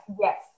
Yes